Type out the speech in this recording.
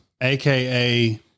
AKA